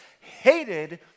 hated